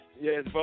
yes